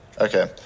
Okay